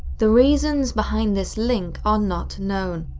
the reasons behind this link are not know.